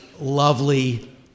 lovely